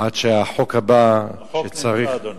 עד שהחוק הבא, החוק נמצא, אדוני.